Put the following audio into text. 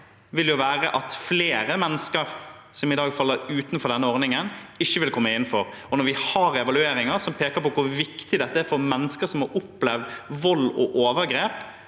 vil jo være at flere mennesker som i dag faller utenfor denne ordningen, ikke vil komme innenfor. Når vi har evalueringer som peker på hvor viktig dette er for mennesker som har opplevd vold og overgrep,